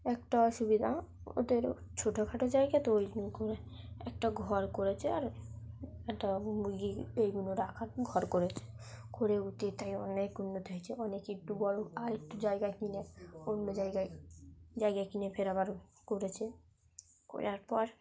একটা অসুবিধা ওদের ছোটখাটো জায়গা তো ওই করে একটা ঘর করেছে আর একটা মুরগি এইগুলো রাখার ঘর করেছে করে ওতে তাই অনেক উন্নতি হয়েছে অনেক একটু বড় আয় একটু জায়গা কিনে অন্য জায়গায় জায়গা কিনে ফের আবার করেছে করে আর পর